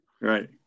Right